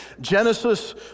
Genesis